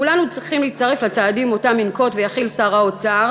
כולנו צריכים להצטרף לצעדים שינקוט ויחיל שר האוצר